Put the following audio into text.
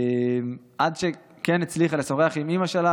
עד שהיא כן הצליחה לשוחח עם אימא שלה,